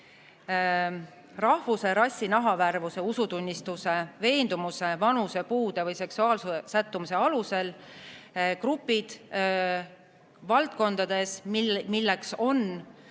rahvuse, rassi, nahavärvuse, usutunnistuse, veendumuse, vanuse, puude või seksuaalse sättumuse alusel järgmistes valdkondades: töö,